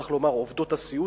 צריך לומר עובדות הסיעוד,